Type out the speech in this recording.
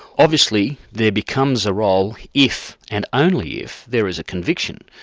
obviously there becomes a role if, and only if, there is a conviction,